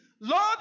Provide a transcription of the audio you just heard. Lord